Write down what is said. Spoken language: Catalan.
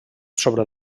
sobre